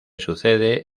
sucede